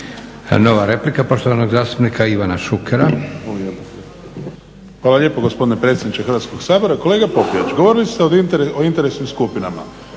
Nova replika poštovanog zastupnika Ivana Šukera. **Šuker, Ivan (HDZ)** Hvala lijepo gospodine predsjedniče Hrvatskog sabora. Kolega Popijač govorili ste o interesnim skupinama,